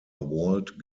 walled